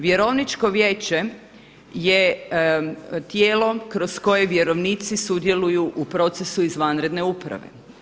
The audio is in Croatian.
Vjerovničko vijeće je tijelo kroz koje vjerovnici sudjeluju u procesu izvanredne uprave.